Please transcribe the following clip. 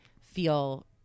feel